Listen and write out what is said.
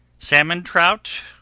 SALMON-TROUT